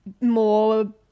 more